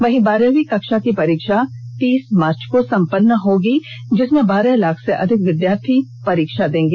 वहीं बारहवीं कक्षा की परीक्षा तीस मार्च को सम्पन्न होगी जिसमें बारह लाख से अधिक विद्यार्थी परीक्षा दे रहे हैं